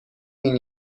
این